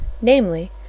namely